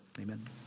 Amen